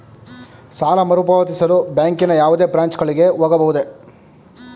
ಸಾಲ ಮರುಪಾವತಿಸಲು ಬ್ಯಾಂಕಿನ ಯಾವುದೇ ಬ್ರಾಂಚ್ ಗಳಿಗೆ ಹೋಗಬಹುದೇ?